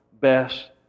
best